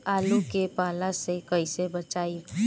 आलु के पाला से कईसे बचाईब?